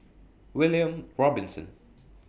William Robinson